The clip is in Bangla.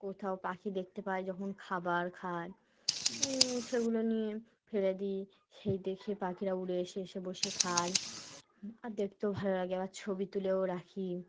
কোথাও পাখি দেখতে পায় যখন খাবার খায় সেগুলো নিয়ে ফেলে দিই সেই দেখে পাখিরা উড়ে এসে এসে বসে খায় আর দেখতেও ভালো লাগে আবার ছবি তুলেও রাখি